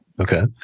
Okay